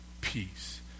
peace